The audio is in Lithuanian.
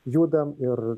judam ir